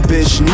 Bitch